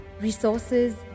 resources